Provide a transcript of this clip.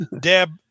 Deb